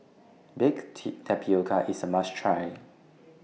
Baked Tapioca IS A must Try